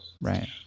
Right